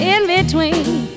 In-Between